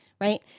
right